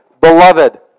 beloved